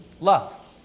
love